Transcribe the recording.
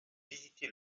visité